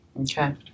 Okay